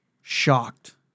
shocked